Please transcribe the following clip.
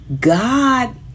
God